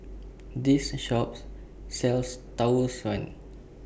This Shop sells Tau Suan